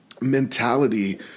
mentality